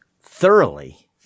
thoroughly